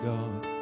God